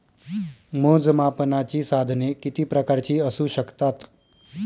मोजमापनाची साधने किती प्रकारची असू शकतात?